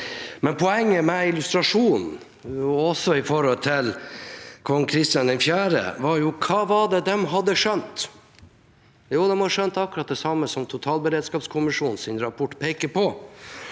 men poenget med illustrasjonen, også i forhold til kong Christian 4., er: Hva var det de hadde skjønt? Jo, de hadde skjønt akkurat det samme som totalberedskapskommisjonens rapport peker på,